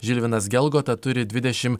žilvinas gelgota turi dvidešimt